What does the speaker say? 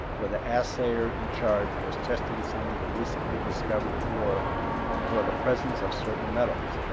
where the assayer in charge was testing some of the recently discovered ore for the presence of certain metals.